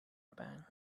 pang